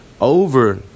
over